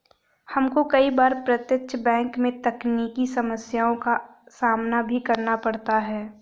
हमको कई बार प्रत्यक्ष बैंक में तकनीकी समस्याओं का सामना भी करना पड़ता है